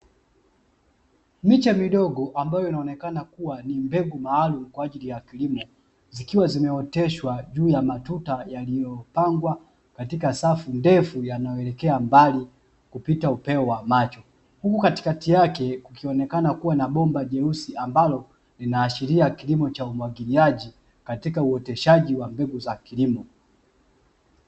Miche midogo ambayo inaonekana kuwa ni mbegu maalumu kwa ajili ya kilimo zikiwa zimeoteshwa juu ya matuta yaliyopangwa katika safu ndefu yanayoelekea mbali kupita upeo wa macho, huku katikati yake kukionekana kuwa na bomba jeusi ambalo linaashiria kilimo cha umwagiliaji katika uoteshaji wa mbegu za kilimo.